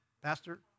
Pastor